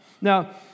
Now